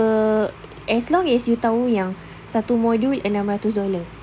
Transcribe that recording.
per as long as you tahu yang satu module enam ratus dollar